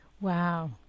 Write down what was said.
Wow